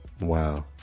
Wow